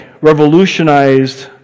revolutionized